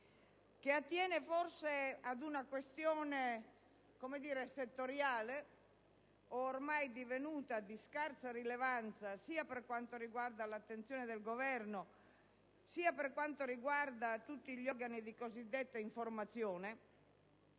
che attiene forse ad una questione settoriale, ormai divenuta di scarsa rilevanza - sia per quanto riguarda l'attenzione del Governo sia per quanto riguarda tutti gli organi di cosiddetta informazione